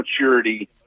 maturity